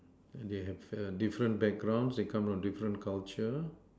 and they have err different backgrounds they come of different culture